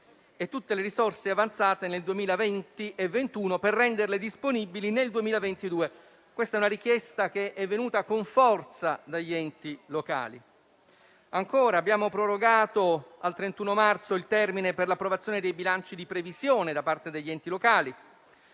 e le risorse residue del 2020 e 2021 per renderle disponibili nel 2022. Questa richiesta è venuta con forza dagli enti locali. Inoltre, abbiamo prorogato al 31 marzo il termine per l'approvazione dei bilanci di previsione da parte degli enti locali.